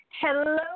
Hello